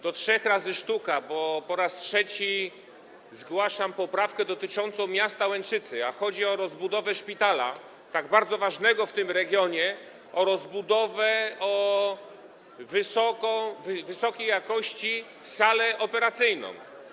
Do trzech razy sztuka, bo po raz trzeci zgłaszam poprawkę dotyczącą miasta Łęczycy, a chodzi o rozbudowę szpitala, tak bardzo ważnego w tym regionie, o rozbudowę wysokiej jakości sali operacyjnej.